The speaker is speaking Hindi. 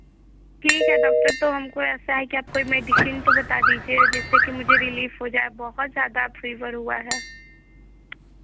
ठीक है डॉक्टर तो हमको ऐसा है कि आप कोई मेडिसिन तो बता दीजिए जिससे की मुझे रिलीफ़ हो जाए बहुत ज़्यादा फ़ीवर हुआ है